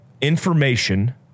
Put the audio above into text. information